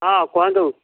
ହଁ କୁହନ୍ତୁ